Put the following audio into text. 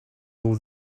all